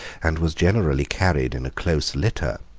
and was generally carried in a close litter,